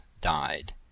died